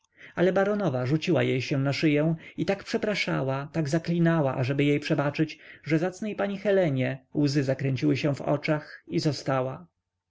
ale baronowa rzuciła jej się na szyję i tak przepraszała tak zaklinała aby jej przebaczyć że zacnej pani helenie łzy zakręciły się w oczach i została